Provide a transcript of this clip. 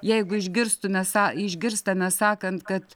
jeigu išgirstume są išgirstame sakant kad